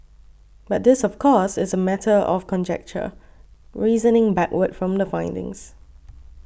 but this of course is a matter of conjecture reasoning backward from the findings